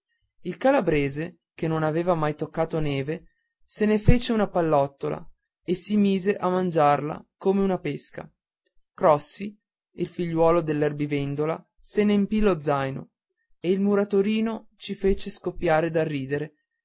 il calabrese che non aveva mai toccato neve se ne fece una pallottola e si mise a mangiarla come una pesca crossi il figliuolo dell'erbivendola se n'empì lo zaino e il muratorino ci fece scoppiar da ridere